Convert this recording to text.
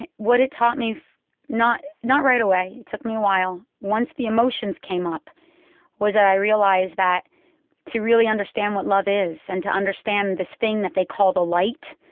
and what it taught me not not right away it took me awhile once the emotions came up was that i realized that to really understand what love is and to understand this thing that they call the light,